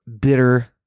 bitter